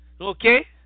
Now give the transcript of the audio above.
Okay